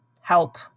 help